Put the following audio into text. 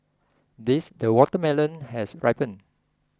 this the watermelon has ripened